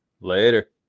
Later